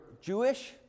Jewish